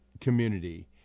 community